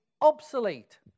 obsolete